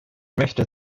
möchte